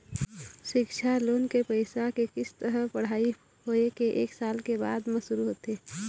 सिक्छा लोन के पइसा के किस्त ह पढ़ाई पूरा होए के एक साल के बाद म शुरू होथे